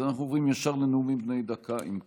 אז אנחנו עוברים ישר לנאומים בני דקה, אם כך.